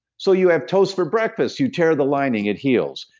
so you have toast for breakfast, you tear the lining, it heals.